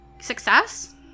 success